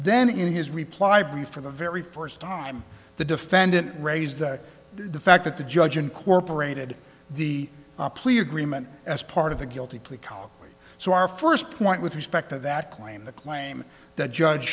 then in his reply brief for the very first time the defendant raised that the fact that the judge incorporated the plea agreement as part of the guilty plea come so our first point with respect to that claim the claim that judge